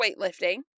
weightlifting